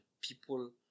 people